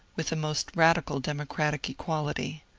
with the most radical democratic equality.